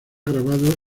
grabado